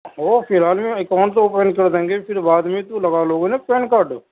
وہ فی الحال میں اکاؤنٹ تو اوپن کر دیں گے پھر بعد میں تو لگا لو گے نا پین کارڈ